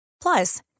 Plus